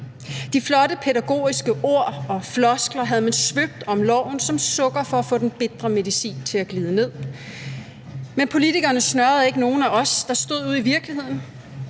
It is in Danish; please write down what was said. De flotte pædagogiske ord og floskler havde man svøbt om loven som sukker for at få den bitre medicin til at glide ned. Men politikerne snørede ikke nogen af os, der stod ude i virkeligheden.